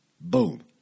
Boom